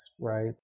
right